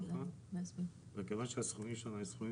חברות מפ"א פנים ארצי, וגם --- הצבא גם?